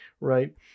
right